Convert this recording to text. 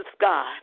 God